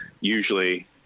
usually